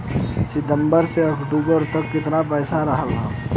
सितंबर से अक्टूबर तक कितना पैसा रहल ह?